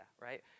right